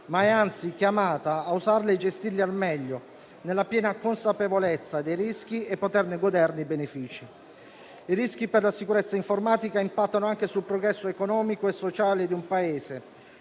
ma è anzi chiamata a usarle e gestirle al meglio, nella piena consapevolezza dei rischi, per poterne godere i benefici. I rischi per la sicurezza informatica impattano anche sul progresso economico e sociale di un Paese.